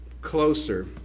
closer